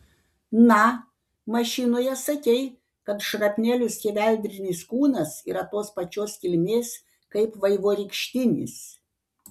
na mašinoje sakei kad šrapnelių skeveldrinis kūnas yra tos pačios kilmės kaip vaivorykštinis